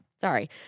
Sorry